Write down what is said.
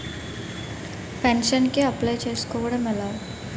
Pension కి apply చేసుకోవడం ఎలా?